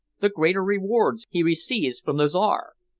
the greater rewards he receives from the czar.